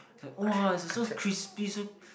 is like !wah! is like so crispy so